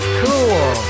cool